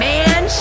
Man